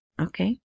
okay